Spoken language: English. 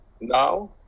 Now